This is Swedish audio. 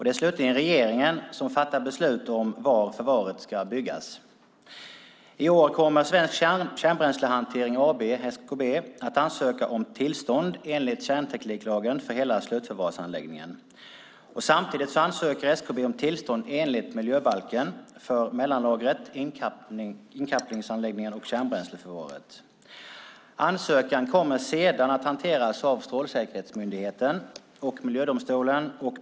Det är slutligen regeringen som fattar beslutet om var förvaret ska byggas. I år kommer Svensk Kärnbränslehantering AB, SKB, att ansöka om tillstånd enligt kärntekniklagen för hela slutförvarsanläggningen. Samtidigt ansöker SKB om tillstånd enligt miljöbalken för mellanlagret, inkapslingsanläggningen och kärnbränsleförvaret. Ansökan kommer sedan att hanteras av Strålsäkerhetsmyndigheten och Miljödomstolen.